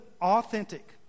authentic